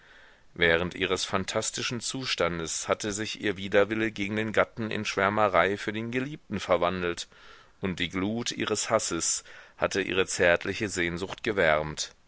während ihres phantastischen zustandes hatte sich ihr widerwille gegen den gatten in schwärmerei für den geliebten verwandelt und die glut ihres hasses hatte ihre zärtliche sehnsucht gewärmt